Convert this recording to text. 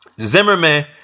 Zimmerman